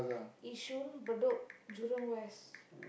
Yishun Bedok Jurong-West